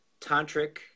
tantric